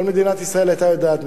כל מדינת ישראל היתה יודעת.